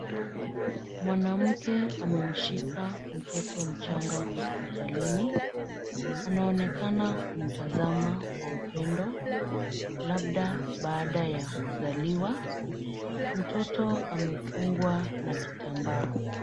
Mwanamke amemshika mtoto mchanga hospitalini, anaonekana kutazama kwa upendo labda baada ya kuzaliwa mtoto amefungwa na kitambaa.